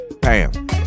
Bam